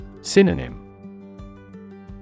Synonym